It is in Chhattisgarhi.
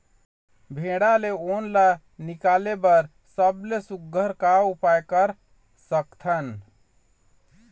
भेड़ा ले उन ला निकाले बर सबले सुघ्घर का उपाय कर सकथन?